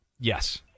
Yes